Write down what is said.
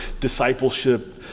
discipleship